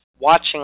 Watching